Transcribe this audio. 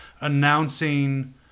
announcing